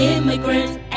Immigrants